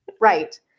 Right